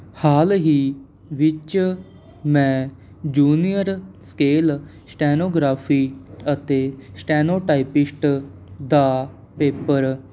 ਹਾਲ ਹੀ ਵਿੱਚ ਮੈਂ ਜੂਨੀਅਰ ਸਕੇਲ ਸ਼ਟੈਨੋਗ੍ਰਾਫੀ ਅਤੇ ਸ਼ਟੈਨੋ ਟਾਈਪਿਸਟ ਦਾ ਪੇਪਰ